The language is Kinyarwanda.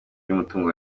ry’umutungo